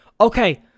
Okay